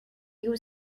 you